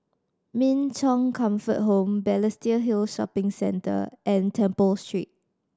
Min Chong Comfort Home Balestier Hill Shopping Centre and Temple Street